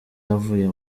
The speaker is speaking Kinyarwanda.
avuye